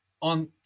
on